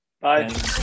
Bye